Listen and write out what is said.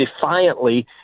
defiantly